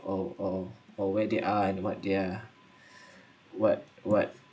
or or or where they are and what they're what what